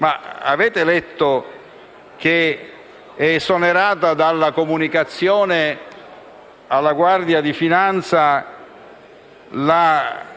Avete letto che sono esonerate dalla comunicazione alla Guardia di finanza le